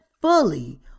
fully